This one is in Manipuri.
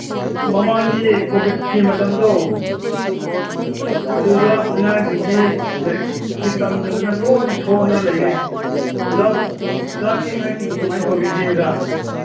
ꯃꯃꯥꯡꯒꯤ ꯀꯣꯚꯤꯠꯀꯤ ꯃꯇꯝꯗꯣ ꯑꯗꯨꯗ ꯑꯉꯥꯡꯁꯤꯡꯁꯤ ꯂꯥꯏꯔꯤꯛꯁꯤ ꯇꯝꯗꯗꯅ ꯂꯣꯏꯅ ꯁꯣꯟꯗꯅ ꯂꯩꯔꯦ ꯑꯣꯖꯥꯕꯨ ꯑꯣꯖꯥꯒꯤ ꯑꯉꯥꯡꯁꯤꯡꯕꯨ ꯀꯃꯥꯏ ꯇꯧꯕꯤꯔꯤꯒꯦ ꯑꯣꯖꯥ